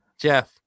Jeff